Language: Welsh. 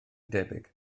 debyg